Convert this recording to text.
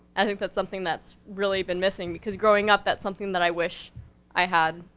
i think that's something that's really been missing, because growing up, that's something that i wish i had,